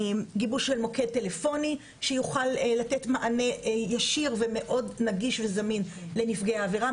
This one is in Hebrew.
גיבוש מוקד טלפוני שיוכל לתת מענה ישיר ומאוד נגיש וזמין לנפגעי עבירה,